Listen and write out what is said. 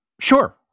Sure